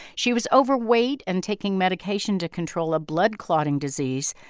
she was overweight and taking medication to control a blood clotting disease.